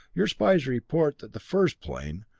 your spies report that the first plane,